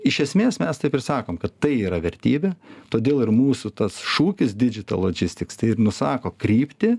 iš esmės mes taip ir sakom kad tai yra vertybė todėl ir mūsų tas šūkis didžital lodžistiks tai ir nusako kryptį